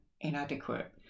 inadequate